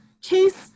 Chase